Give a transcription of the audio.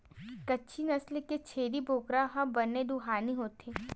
कच्छी नसल के छेरी बोकरा ह बने दुहानी होथे